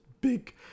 big